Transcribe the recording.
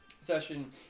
session